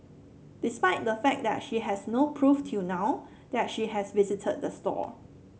despite the fact that she has no proof till now that she has visited the store